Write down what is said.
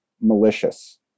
malicious